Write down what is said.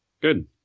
Good